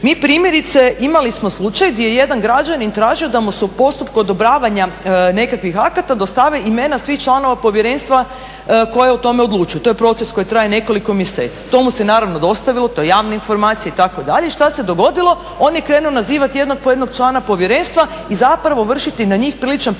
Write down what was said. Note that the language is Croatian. Mi primjerice imali smo slučaj gdje je jedan građanin tražio da mu se u postupku odobravanja nekakvih akata dostave imena svih članova povjerenstva koji o tome odlučuju. To je proces koji traje nekoliko mjeseci. To mu se naravno dostavilo, to je javna informacija itd. I što se dogodilo? On je krenuo nazivat jednog po jednog člana povjerenstva i zapravo vršiti na njih priličan pritisak